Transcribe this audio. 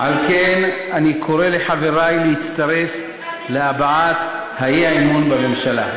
אני קורא לחברי להצטרף להבעת האי-אמון בממשלה.